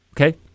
Okay